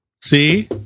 See